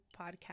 podcast